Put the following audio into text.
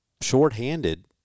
shorthanded